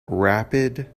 rapid